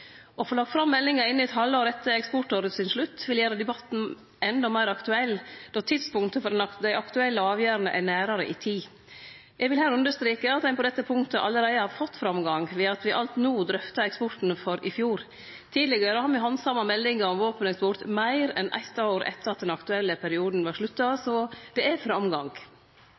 Å få lagt fram meldinga innan eit halvår etter eksportårets slutt ville gjere debatten endå meir aktuell, då tidspunktet for dei aktuelle avgjerdene er nærare i tid. Eg vil her understreke at ein på dette punktet allereie har fått framgang, ved at me alt no drøftar eksporten for i fjor. Tidlegare har me handsama meldinga om våpeneksport meir enn eitt år etter at den aktuelle perioden var avslutta. Så det er framgang.